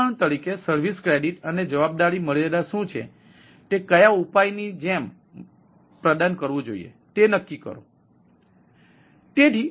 ઉદાહરણ તરીકે service credit અને જવાબદારી મર્યાદા શું છે તે કયા ઉપાય ની જેમ પ્રદાન કરવું જોઈએ તે નક્કી કરો